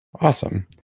awesome